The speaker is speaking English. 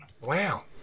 Wow